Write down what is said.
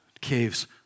caves